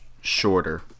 shorter